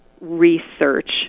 research